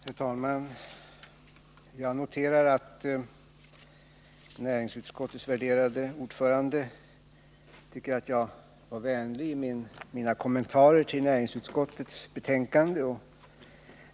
Herr talman! Jag noterar att näringsutskottets värderade ordförande tycker att jag var vänlig i mina kommentarer till näringsutskottets betänkanden.